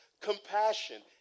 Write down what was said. compassion